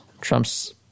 Trump's